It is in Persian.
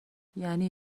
یعنی